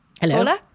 Hello